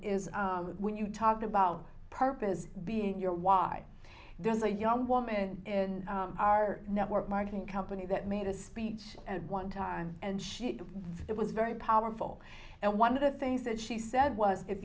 is when you talk about purpose being your why does a young woman in our network marketing company that made a speech at one time and she it was very powerful and one of the things that she said was if